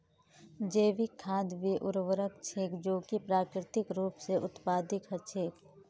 जैविक खाद वे उर्वरक छेक जो कि प्राकृतिक रूप स उत्पादित हछेक